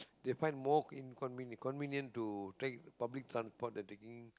they find more inconve~ convenient to take public transport than taking